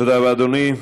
תודה רבה, אדוני.